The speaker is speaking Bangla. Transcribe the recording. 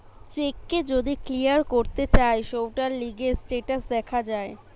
চেক কে যদি ক্লিয়ার করতে চায় সৌটার লিগে স্টেটাস দেখা যায়